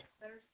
Better